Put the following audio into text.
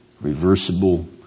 reversible